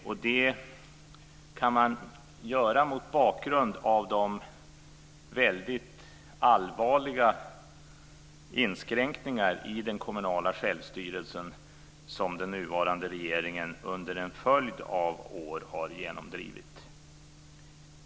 Och det kan man göra mot bakgrund av de väldigt allvarliga inskränkningar i den kommunala självstyrelsen som den nuvarande regeringen under en följd av år har genomdrivit.